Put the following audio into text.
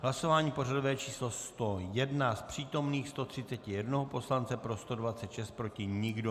V hlasování pořadové číslo 101 z přítomných 131 poslance pro 126, proti nikdo.